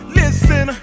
listen